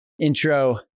intro